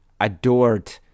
adored